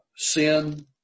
sin